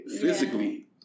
physically